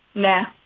now,